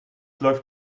läuft